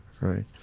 right